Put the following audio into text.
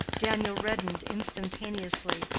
daniel reddened instantaneously,